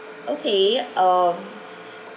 okay um